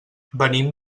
venim